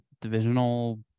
divisional